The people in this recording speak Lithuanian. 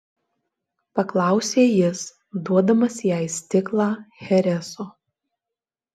paklausė jis duodamas jai stiklą chereso